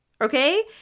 okay